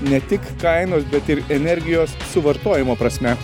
ne tik kainos bet ir energijos suvartojimo prasme